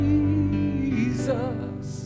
Jesus